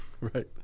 Right